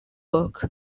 work